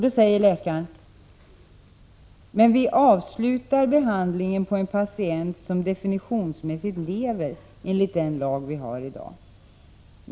Då säger läkaren: ”Men vi avslutar behandlingen på en patient som definitionsmässigt lever, enligt den lag vi har i dag.